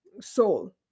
soul